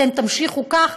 אתם תמשיכו כך?